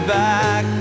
back